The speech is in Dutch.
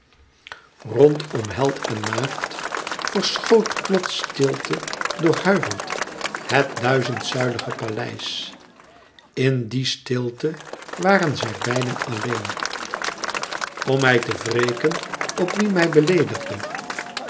rondom held en maagd verschoot plots stilte doorhuiverd het duizendzuilig paleis in die stilte waren zij beiden alleen om mij te wreken op wie mij beleedigde